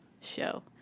show